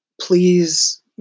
Please